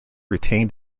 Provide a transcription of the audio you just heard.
retained